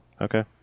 Okay